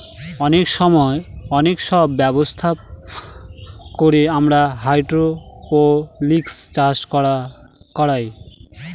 অনেক সব ব্যবস্থাপনা করে আমরা হাইড্রোপনিক্স চাষ করায়